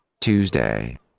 Tuesday